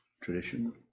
tradition